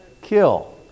Kill